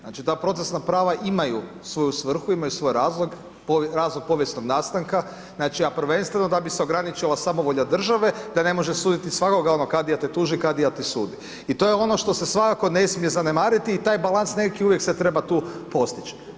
Znači, ta procesna prava imaju svoju svrhu, imaju svoj razlog, razlog povijesnog nastanka, znači, a prvenstveno da bi se ograničila samovolja države da ne može suditi svakoga onog, kadija te tuži, kadija ti sudi i to je ono što se svakako ne smije zanemariti i taj balas nekakvi uvijek se treba tu postić.